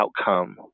outcome